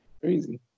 Crazy